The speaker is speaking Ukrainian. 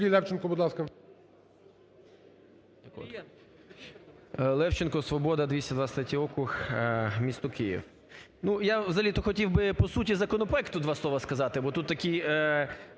Левченко, "Свобода", 223 округ місто Київ. Я взагалі хотів би по суті законопроекту два слова сказати, бо тут такі